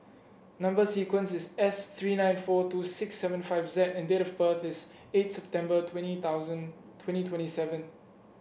number sequence is S three nine four two six seven five Z and date of birth is eight September twenty twenty seven